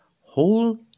whole